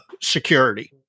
security